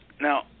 now